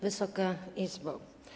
Wysoka Izbo!